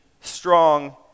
strong